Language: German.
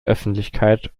öffentlichkeit